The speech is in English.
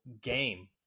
game